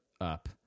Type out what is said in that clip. up